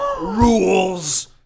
rules